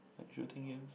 like shooting games